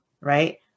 Right